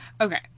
Okay